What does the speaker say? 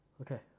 Okay